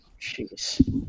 Jeez